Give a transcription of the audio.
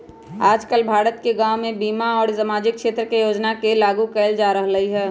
आजकल भारत के गांव में भी बीमा और सामाजिक क्षेत्र के योजना के लागू कइल जा रहल हई